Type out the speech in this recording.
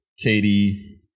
Katie